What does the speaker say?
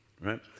right